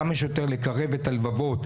כמה שיותר לקרב את הלבבות,